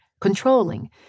controlling